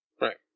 Right